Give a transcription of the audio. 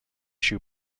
shoe